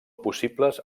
possibles